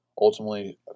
Ultimately